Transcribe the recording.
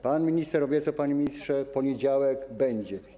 Pan minister obiecał, panie ministrze, że w poniedziałek będzie.